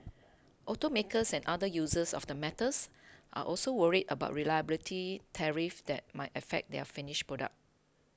automakers and other users of the metals are also worried about retaliatory tariffs that might affect their finished products